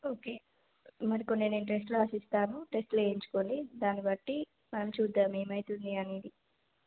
okay మరి కొన్ని నేను టెస్టులు రాసిస్తాను టెస్టులు చేయించుకోండి దాన్ని బట్టి మనం చూద్దాం ఏమవుతుంది అనేది